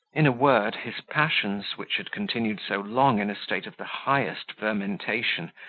in a word, his passions, which had continued so long in a state of the highest fermentation,